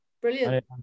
brilliant